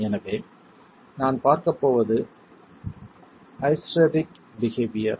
எனவே நான் பார்க்கப் போவது ஹைஸ்டெரெடிக் பிஹேவியர்